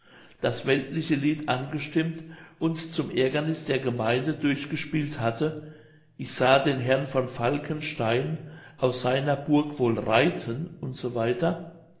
das weltliche lied angestimmt und zum aergerniß der gemeinde durchgespielt hatte ich sah den herrn von falkenstein aus seiner burg wohl reiten u s